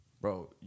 Bro